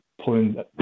pulling